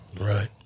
Right